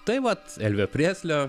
tai vat elvio preslio